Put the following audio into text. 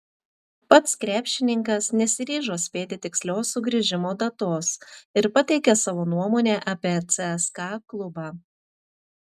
pats krepšininkas nesiryžo spėti tikslios sugrįžimo datos ir pateikė savo nuomonę apie cska klubą